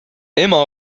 ema